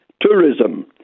tourism